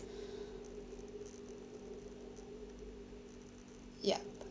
yup